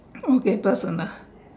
okay first and last